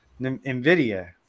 NVIDIA